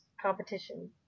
competition